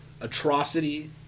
atrocity